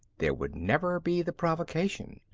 there would never be the provocation.